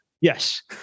Yes